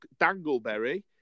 Dangleberry